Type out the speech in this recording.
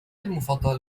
المفضل